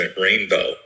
rainbow